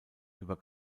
über